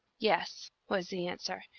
yes, was the answer.